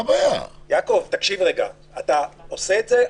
כשאני מסתכלת על זה,